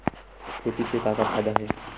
खेती से का का फ़ायदा हे?